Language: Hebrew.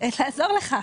לעזור לך.